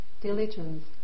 diligence